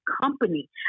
company